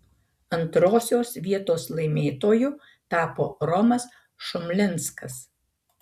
antrosios vietos laimėtoju tapo romas šumlinskas